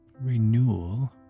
renewal